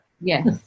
Yes